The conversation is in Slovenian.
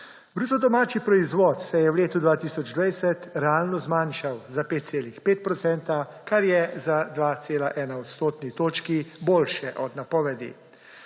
Bruto domači proizvod se je v letu 2020 realno zmanjšal za 5,5 %, kar je za 2,1 odstotni točki boljše od napovedi.